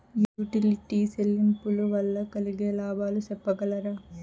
Utility చెల్లింపులు వల్ల కలిగే లాభాలు సెప్పగలరా?